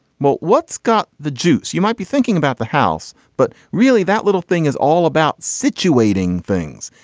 well what's got the juice you might be thinking about the house but really that little thing is all about situating things.